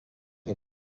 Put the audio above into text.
est